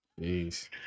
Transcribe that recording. Jeez